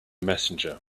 messenger